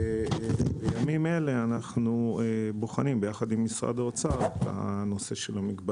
בימים אלה אנחנו בוחנים יחד עם משרד האוצר את המגבלות.